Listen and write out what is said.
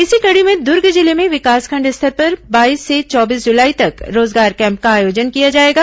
इसी कड़ी में दुर्ग जिले में विकासखंड स्तर पर बाईस से चौबीस जुलाई तक रोजगार कैम्प का आयोजन किया जाएगा